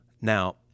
Now